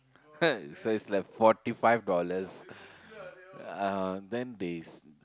so it's like forty five dollars uh then they